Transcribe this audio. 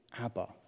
Abba